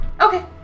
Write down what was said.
Okay